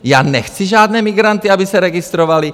Já nechci žádné migranty, aby se registrovali!